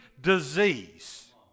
disease